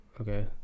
okay